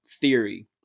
theory